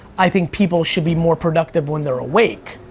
i think people should be more productive when they're awake.